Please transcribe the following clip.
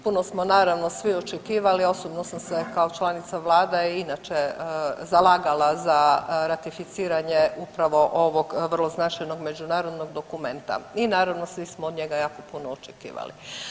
Puno smo naravno svi očekivali, a osobno sam se kao članica vlade, a i inače zalagala za ratificiranje upravo ovog vrlo značajnog međunarodnog dokumenta i naravno svi smo od njega jako puno očekivali.